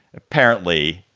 apparently,